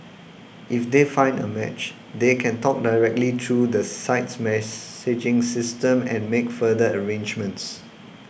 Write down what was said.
if they find a match they can talk directly through the site's messaging system and make further arrangements